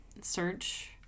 search